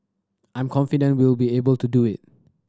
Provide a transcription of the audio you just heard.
I'm confident we'll be able to do it